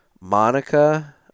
Monica